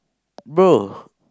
bro